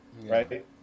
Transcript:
right